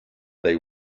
they